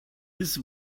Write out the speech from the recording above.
his